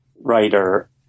writer